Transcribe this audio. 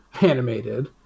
Animated